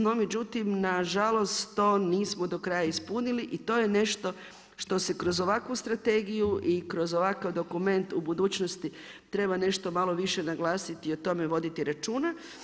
No međutim, na žalost to nismo do kraja ispunili i to je nešto što se kroz ovakvu strategiju i kroz ovakav dokument u budućnosti treba nešto malo više naglasiti i o tome voditi računa.